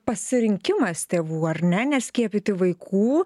pasirinkimas tėvų ar ne neskiepyti vaikų